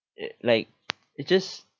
it like it just